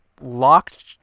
locked